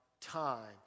time